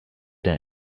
day